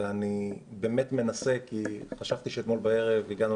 ואני באמת מנסה כי חשבתי שאתמול בערב הגענו